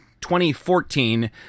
2014